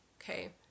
okay